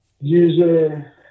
user